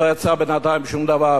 לא יצא בינתיים שום דבר.